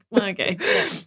okay